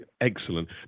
Excellent